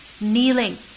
Kneeling